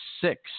six